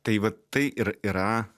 tai va tai ir yra